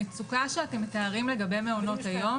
המצוקה שאתם מתארים לגבי מעונות היום,